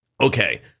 okay